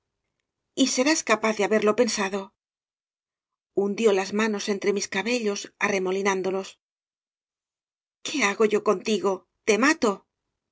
enojo y serás capaz de haberlo pensado hundió las manos entre mis cabellos arre molinándolos qué hago yo contigo te mato